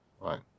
right